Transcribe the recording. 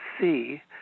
see